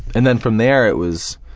and then from there it was